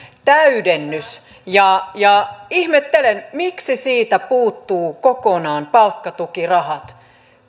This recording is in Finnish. täydennys ja ja ihmettelen miksi siitä puuttuvat kokonaan palkkatukirahat